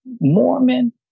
Mormon